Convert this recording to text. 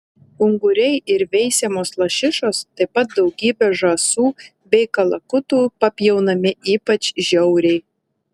unguriai ir veisiamos lašišos taip pat daugybė žąsų bei kalakutų papjaunami ypač žiauriai